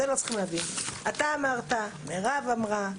מירב אמרה,